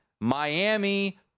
Miami